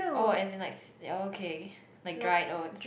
oh as in like s~ okay like dried oats